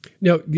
Now